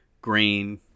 green